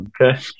Okay